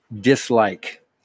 dislike